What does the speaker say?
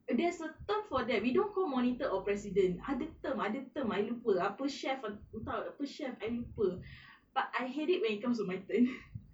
there's a term for that we don't call monitor or president other term other term I lupa apa chef entah apa chef I lupa but I hate it when it comes to my turn